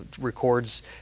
records